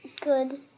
Good